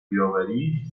بیاوری